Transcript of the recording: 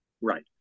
Right